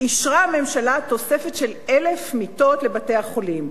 אישרה הממשלה תוספת של 1,000 מיטות לבתי-החולים.